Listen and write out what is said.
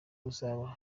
uzaba